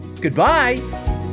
Goodbye